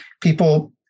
people